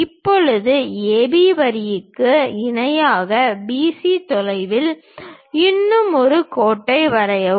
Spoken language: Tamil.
இப்போது AB வரிக்கு இணையாக BC தொலைவில் இன்னும் ஒரு கோட்டை வரையவும்